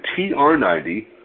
TR90